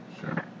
Sure